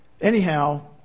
Anyhow